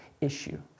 issue